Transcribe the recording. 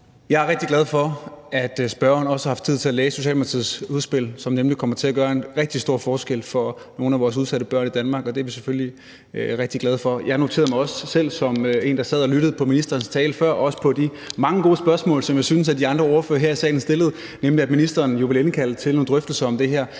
Jeg er rigtig glad for, at spørgeren også har haft tid til at læse Socialdemokratiets udspil, som nemlig kommer til at gøre en rigtig stor forskel for nogle af vores udsatte børn i Danmark, og det er vi selvfølgelig rigtig glade for. Jeg noterede mig også, da jeg sad og lyttede til ministerens tale før, også til de mange gode spørgsmål, jeg synes de andre ordførere her i salen stillede, at ministeren vil indkalde til nogle drøftelser om det her